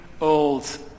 old